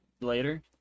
later